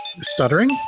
Stuttering